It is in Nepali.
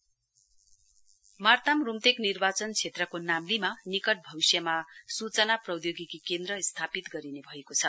I T hub Martam Rumtek निर्वाचन क्षेत्रको नाम्चीमा निकट भविष्यमा सूचना प्रौद्योगिक केन्द्र स्थापित गरिने भएको छ